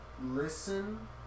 listen